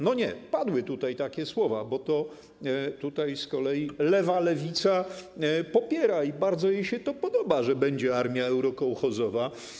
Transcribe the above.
No nie, padły tutaj takie słowa, bo z kolei lewa Lewica popiera to i bardzo jej się to podoba, że będzie armia eurokołchozowa.